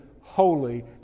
holy